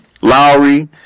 Lowry